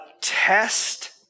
test